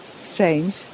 strange